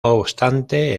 obstante